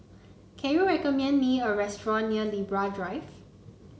can you recommend me a restaurant near Libra Drive